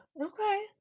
Okay